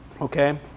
okay